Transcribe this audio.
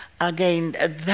again